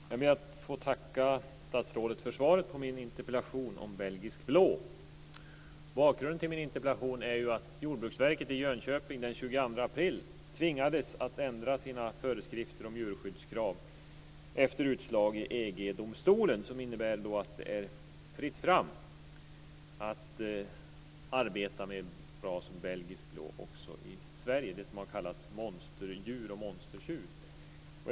Fru talman! Jag ber att få tacka statsrådet för svaret på min interpellation om belgisk blå. Bakgrunden till min interpellation är att Jordbruksverket i Jönköping den 22 april tvingades att ändra sina föreskrifter om djurskyddskrav efter ett utslag i EG-domstolen som innebär att det är fritt fram att arbeta med rasen belgisk blå också i Sverige. Den har ju kallats monsterdjur och monstertjur.